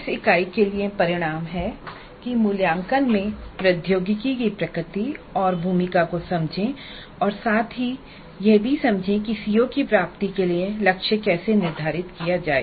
इस इकाई के लिऐ परिणाम हैं कि मूल्यांकन में प्रौद्योगिकी की प्रकृति और भूमिका को समझें और साथ ही समझें कि सीओ की प्राप्ति के लिए लक्ष्य कैसे निर्धारित किया जाए